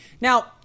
Now